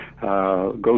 go